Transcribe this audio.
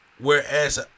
Whereas